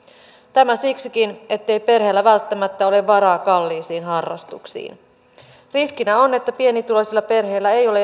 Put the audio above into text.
tämä siksikin ettei perheellä välttämättä ole varaa kalliisiin harrastuksiin riskinä on että pienituloisilla perheillä ei ole